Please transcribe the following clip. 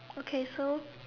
okay so